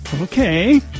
Okay